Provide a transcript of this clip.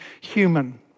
human